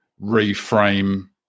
reframe